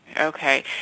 Okay